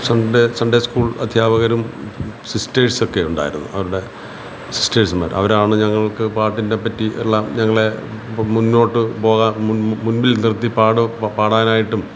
sun day Sunday school അധ്യാപകരും സിസ്റ്റേഴ്സ്സെക്കെ ഉണ്ടായിരുന്നു അവരുടെ സിസ്റ്റേഴ്സ്മാർ അവരാണ് ഞങ്ങൾക്ക് പാട്ടിൻ്റെ പറ്റി ഉള്ള ഞങ്ങളെ മുന്നോട്ട് പോകാൻ മുമ്പിൽ നിർത്തി പാടുക പാടാനായിട്ടും